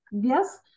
yes